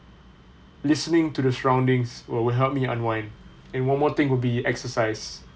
listening to the surroundings will help me unwind and one more thing would be exercise